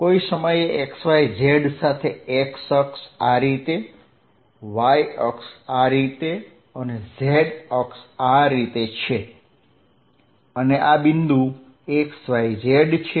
કોઈ સમયે x y z સાથે x અક્ષ આ રીતે y અક્ષ આ રીતે અને z અક્ષ આ રીતે છે અને આ બિંદુ x y z છે